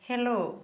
hello